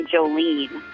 Jolene